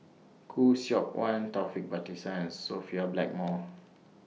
Khoo Seok Wan Taufik Batisah and Sophia Blackmore